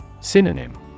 Synonym